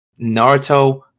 naruto